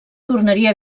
tornaria